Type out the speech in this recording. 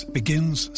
begins